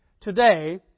today